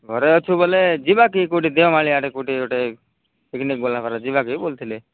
ଘରେ ଅଛୁ ବୋଲେ ଯିବାକି କେଉଁଠି ଦେଓମାଳି ଆଡ଼େ କେଉଁଠି ଗୋଟେ ପିକନିକ୍ ଯିବାକି ବୋଲୁଥିଲି